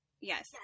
yes